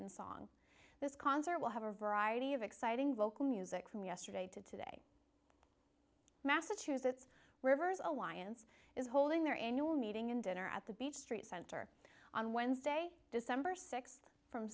in song this concert will have a variety of exciting vocal music from yesterday to today massachusetts rivers alliance is holding their annual meeting and dinner at the beach street center on wednesday december sixth from